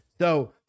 So-